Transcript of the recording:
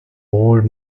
old